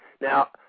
Now